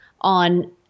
on